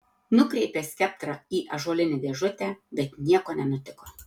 nukreipė skeptrą į ąžuolinę dėžutę bet nieko nenutiko